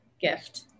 gift